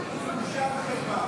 מצביע קארין אלהרר,